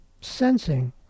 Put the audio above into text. sensing